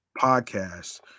podcast